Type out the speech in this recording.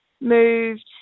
moved